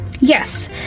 Yes